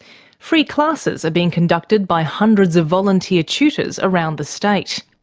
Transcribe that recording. free classes are being conducted by hundreds of volunteer tutors around the state.